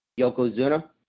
Yokozuna